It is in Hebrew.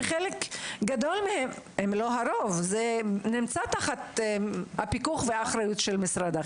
וחלק גדול מהם נמצאים תחת הפיקוח והאחריות שלך משרד החינוך.